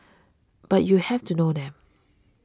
but you have to know them